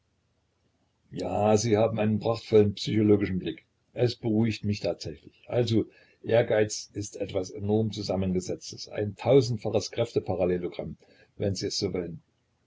ja sie haben einen prachtvollen psychologischen blick es beruhigt mich tatsächlich also ehrgeiz ist etwas enorm zusammengesetztes ein tausendfaches kräfteparallelogramm wenn sie es so wollen